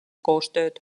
koostööd